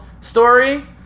story